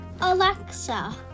Alexa